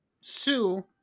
Sue